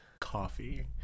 coffee